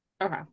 Okay